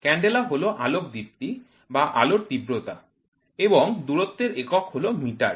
candela হল আলোক দীপ্তি বা আলোর তীব্রতা এবং দূরত্বের একক হল মিটার